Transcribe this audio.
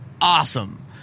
awesome